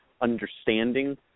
understanding